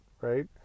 right